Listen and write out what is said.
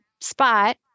spot